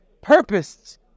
purpose